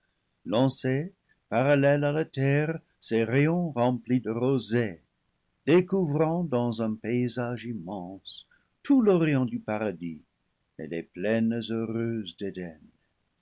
à la terre ses rayons remplis de rosée découvrant dans un paysage immense tout l'orient du paradis et les plaines heureuses d'éden